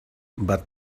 but